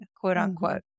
quote-unquote